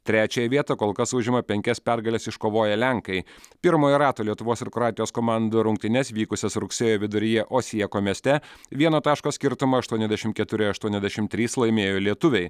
trečiąją vietą kol kas užima penkias pergales iškovoję lenkai pirmojo rato lietuvos ir kroatijos komandų rungtynes vykusias rugsėjo viduryje osieko mieste vieno taško skirtumu aštuoniasdešimt keturi aštuoniasdešimt trys laimėjo lietuviai